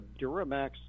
Duramax